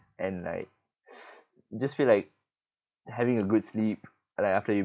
and like just feel like having a good sleep like after you